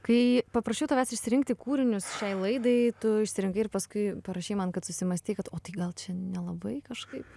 kai paprašiau tavęs išsirinkti kūrinius šiai laidai tu išsirinkai ir paskui parašei man kad susimąstei kad o tai gal čia nelabai kažkaip